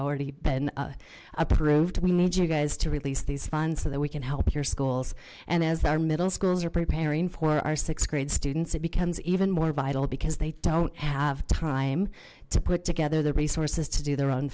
already been approved we need you guys to release these funds so that we can help your schools and as our middle schools are preparing for our sixth grade students it becomes even more vital because they don't have time to put together the resources to do their own